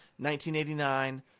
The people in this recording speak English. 1989